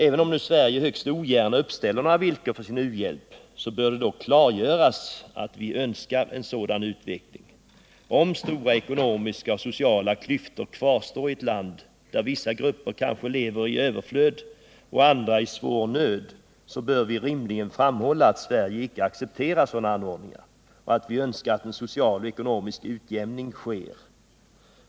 Även om Sverige högst ogärna uppställer några villkor för sin u-hjälp, bör det dock klargöras att vi önskar en sådan utveckling. Om stora ekonomiska och sociala klyftor kvarstår i ett land, där vissa grupper kanske lever i överflöd och andra i svår nöd, bör vi rimligen framhålla att Sverige inte accepterar sådana anordningar och att vi önskar att en social och ekonomisk utjämning sker.